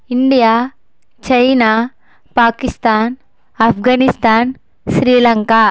India China Pakistan Afghanistan Sri Lanka